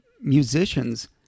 musicians